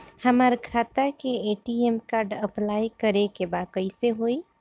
हमार खाता के ए.टी.एम कार्ड अप्लाई करे के बा कैसे होई?